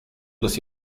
los